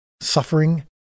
suffering